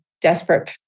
desperate